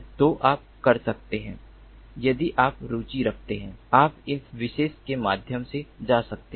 तो आप कर सकते हैं यदि आप रुचि रखते हैं आप इस विशेष के माध्यम से जा सकते हैं